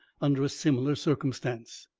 under a similar circumstance.